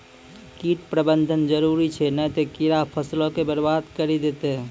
कीट प्रबंधन जरुरी छै नै त कीड़ा फसलो के बरबाद करि देतै